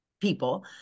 people